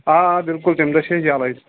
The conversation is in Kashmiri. آ آ بِلکُل تَمہِ دۄہ چھِ أسۍ یَلَے